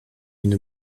une